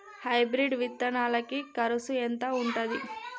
Hybrid విత్తనాలకి కరుసు ఎంత ఉంటది?